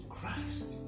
Christ